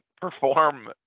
perform